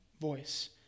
voice